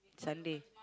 Sunday